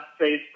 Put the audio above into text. Facebook